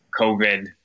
COVID